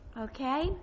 Okay